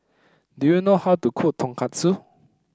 do you know how to cook Tonkatsu